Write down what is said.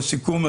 לסיכום,